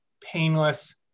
painless